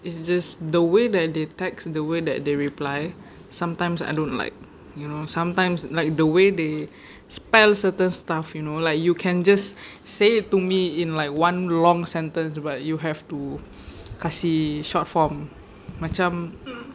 it's just the way that they text the way that they reply sometimes I don't like you know sometimes like the way they spell certain stuff you know like you can just say it to me in like one long sentence but you have to kasi short form macam